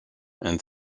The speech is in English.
and